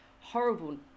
horrible